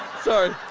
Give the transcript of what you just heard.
Sorry